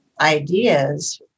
ideas